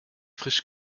frisch